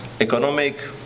Economic